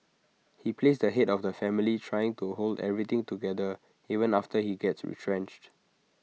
he plays the Head of the family trying to hold everything together even after he gets retrenched